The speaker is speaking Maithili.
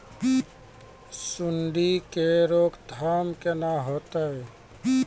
सुंडी के रोकथाम केना होतै?